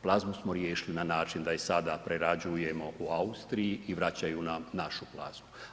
Plazmu smo riješili na način da je sada prerađujemo u Austriji i vraćaju nam našu plazmu.